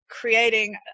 creating